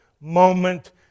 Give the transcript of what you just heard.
moment